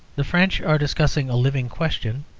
the french are discussing a living question,